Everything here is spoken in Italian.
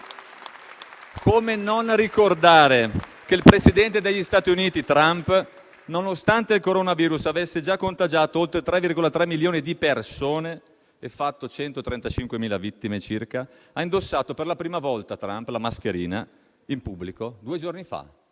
Come non ricordare che il presidente degli Stati Uniti Trump, nonostante il coronavirus avesse già contagiato oltre 3,3 milioni di persone e fatto 135.000 vittime circa, ha indossato per la prima volta la mascherina in pubblico due giorni fa.